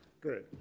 Great